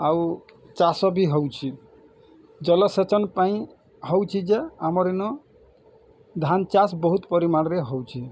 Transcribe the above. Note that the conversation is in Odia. ଆଉ ଚାଷ ବି ହଉଛି ଜଲସେଚନ ପାଇଁ ହଉଛି ଯେ ଆମର୍ ଇନ ଧାନ୍ ଚାଷ୍ ବହୁତ୍ ପରିମାଣ୍ ରେ ହଉଚି